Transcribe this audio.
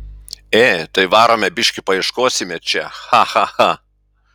ė tai varome biškį paieškosime čia cha cha cha